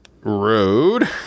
Road